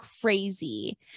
crazy